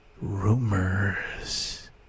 rumors